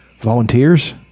Volunteers